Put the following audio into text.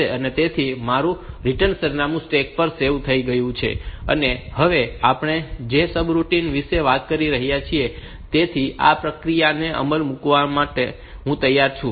તેથી મારું રીટર્ન સરનામું સ્ટેક પર સેવ થઈ ગયું છે અને હવે આપણે જે સબરૂટિન વિશે વાત કરી રહ્યા છીએ તેની આ પ્રક્રિયાને અમલમાં મૂકવા માટે હું તૈયાર છું